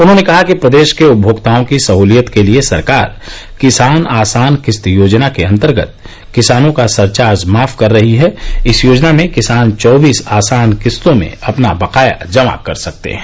उन्होंने कहा कि प्रदेश के उपभोक्ताओं की सहूलियत के लिए सरकार किसान आसान किस्त योजना के अन्तर्गत किसानों का सरचार्ज माफ कर रही है इस योजना में किसान चौबीस आसान किस्तों में अपना बकाया जमा कर सकते हैं